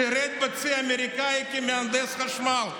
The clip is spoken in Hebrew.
שירת בצי האמריקאי כמהנדס חשמל.